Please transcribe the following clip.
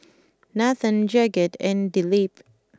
Nathan Jagat and Dilip